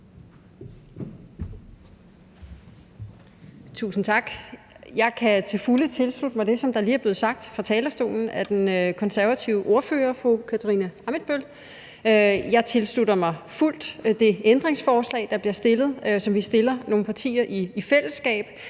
Tusind tak. Jeg kan til fulde tilslutte mig det, der lige er blevet sagt fra talerstolen af den konservative ordfører, fru Katarina Ammitzbøll. Jeg tilslutter mig fuldt det ændringsforslag, som vi er nogle partier, der stiller i fællesskab,